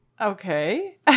Okay